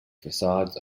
facades